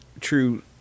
true